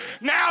now